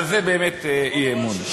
אבל זה באמת אי-אמון.